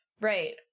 right